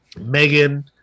Megan